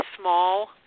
small